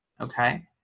okay